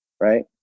Right